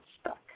stuck